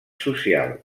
social